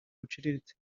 buciriritse